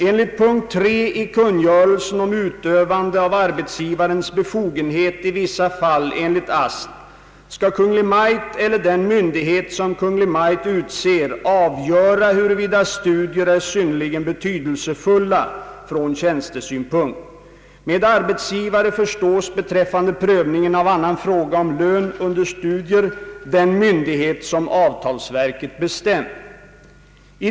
Enligt punkt 3 i kungörelsen om utövande av arbetsgivarens befogenhet i vissa fall enligt AST skall Kungl. Maj:t eller den myndighet, som Kungl. Maj:t utser, avgöra huruvida studier är synnerligen betydelsefulla från tjänstesynpunkt. Med arbetsgivare förstås beträffande prövningen av annan fråga om lön under studier den myndighet som avtalsverket bestämt.